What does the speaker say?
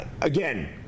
again